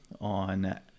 on